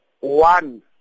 one